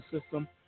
system